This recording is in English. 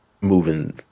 moving